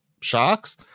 sharks